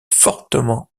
fortement